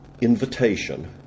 invitation